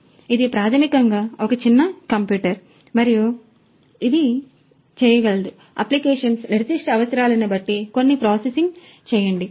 కాబట్టి ఇది ప్రాథమికంగా ఒక చిన్న కంప్యూటర్ మరియు ఇది చేయగలదు అప్లికేషన్ నిర్దిష్ట అవసరాలను బట్టి కొన్ని ప్రాసెసింగ్ చేయండి